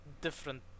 different